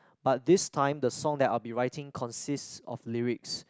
but this time the song that I'll be writing consists of lyrics